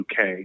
UK